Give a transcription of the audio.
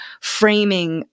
framing